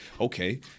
okay